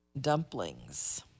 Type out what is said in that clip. dumplings